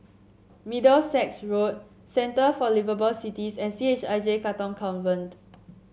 Middlesex Road Centre for Liveable Cities and C H I J Katong Convent